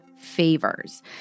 Favors